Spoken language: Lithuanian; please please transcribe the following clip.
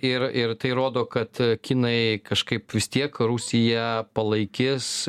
ir ir tai rodo kad kinai kažkaip vis tiek rusiją palaikys